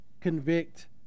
convict